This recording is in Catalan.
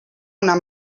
una